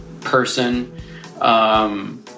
person